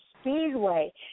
Speedway